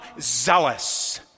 zealous